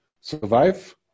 Survive